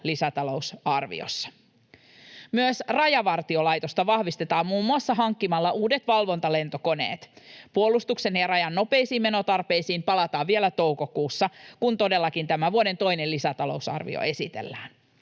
lisätalousarviossa. Myös Rajavartiolaitosta vahvistetaan muun muassa hankkimalla uudet valvontalento-koneet. Puolustuksen ja rajan nopeisiin menotarpeisiin palataan vielä toukokuussa, kun todellakin tämän vuoden toinen lisätalousarvio esitellään.